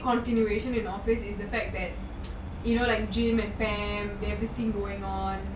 continuation in office is the fact that you know like jim and pam they have this thing going on